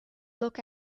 look